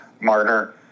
Marner